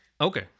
Okay